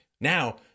Now